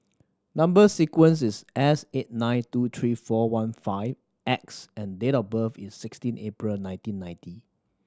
number sequence is S eight nine two three four one five X and date of birth is sixteen April nineteen ninety